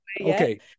okay